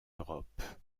europe